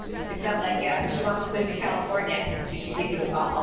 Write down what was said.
it sounds like, yeah, she wants to move to california, she should give you a call. ah